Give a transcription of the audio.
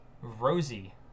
rosie